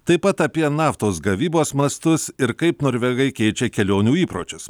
taip pat apie naftos gavybos mastus ir kaip norvegai keičia kelionių įpročius